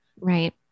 Right